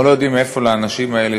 אנחנו לא יודעים מאיפה לאנשים האלה